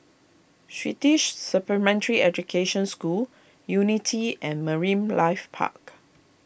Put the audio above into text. Swedish Supplementary Education School Unity and Marine Life Park